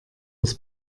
das